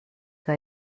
que